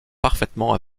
parfaitement